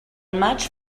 maig